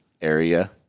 area